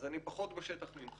אז אני פחות בשטח ממך.